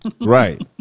Right